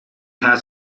has